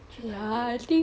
去排队